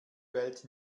welt